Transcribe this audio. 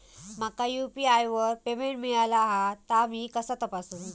माका यू.पी.आय वर पेमेंट मिळाला हा ता मी कसा तपासू?